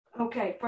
Okay